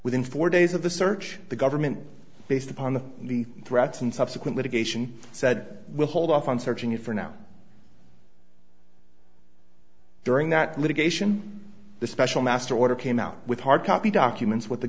within four days of the search the government based upon the threats and subsequent litigation said we'll hold off on searching it for now during that litigation the special master order came out with hard copy documents what the